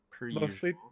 Mostly